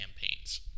campaigns